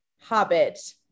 hobbit